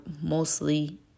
mostly